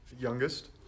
youngest